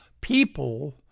people